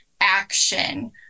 action